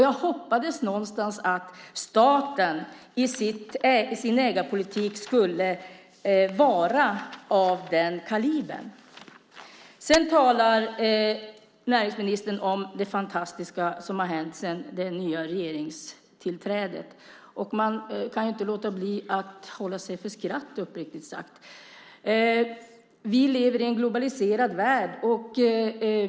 Jag hoppas någonstans att staten skulle vara av den kalibern i sin ägarpolitik. Sedan talar näringsministern om det fantastiska som har hänt sedan regeringstillträdet. Man kan inte låta bli att hålla sig för skratt, uppriktigt sagt. Vi lever i en globaliserad värld.